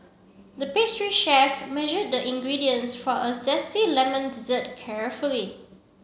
the pastry chef measured the ingredients for a zesty lemon dessert carefully